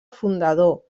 fundador